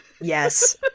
Yes